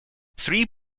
three